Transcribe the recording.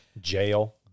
Jail